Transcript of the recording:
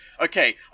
okay